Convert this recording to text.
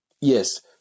Yes